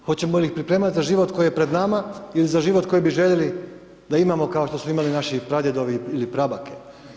Hoćemo li ih pripremati za život koji je pred nama ili za život koji bi željeli da imamo, kao što su imali naši pradjedovi ili prabake?